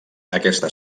aquesta